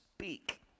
speak